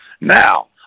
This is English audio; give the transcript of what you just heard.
Now